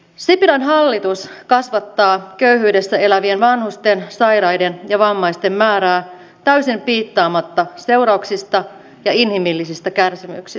sipilän hallitus kasvattaa köyhyydessä elävien vanhusten sairaiden ja vammaisten määrää täysin piittaamatta seurauksista ja inhimillisistä kärsimyksistä